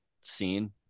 seen